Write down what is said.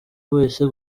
wese